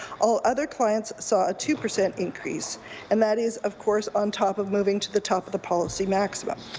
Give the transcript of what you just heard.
all other clients saw a two percent increase and that is of course on top of moving to the top of the policy maximum.